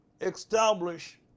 establish